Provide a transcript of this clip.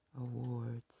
Awards